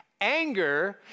Anger